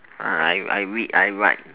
I I I read I write